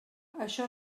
això